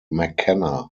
mckenna